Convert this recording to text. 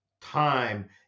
time